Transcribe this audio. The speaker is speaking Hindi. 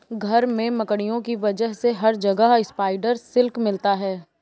घर में मकड़ियों की वजह से हर जगह स्पाइडर सिल्क मिलता है